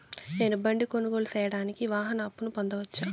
నేను బండి కొనుగోలు సేయడానికి వాహన అప్పును పొందవచ్చా?